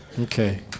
Okay